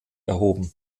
erhoben